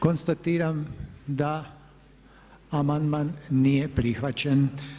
Konstatiram da amandman nije prihvaćen.